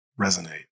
resonate